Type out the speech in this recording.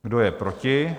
Kdo je proti?